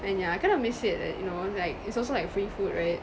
and yeah I kind of miss it like you know like it's also like free food right